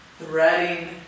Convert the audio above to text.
threading